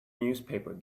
newspaper